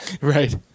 Right